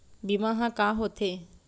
बीमा ह का होथे?